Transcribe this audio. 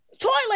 Toilet